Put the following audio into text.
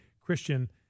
Christian